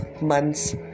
months